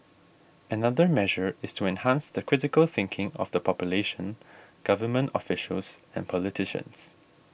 another measure is to enhance the critical thinking of the population government officials and politicians